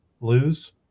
lose